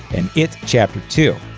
and it chapter two.